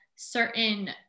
certain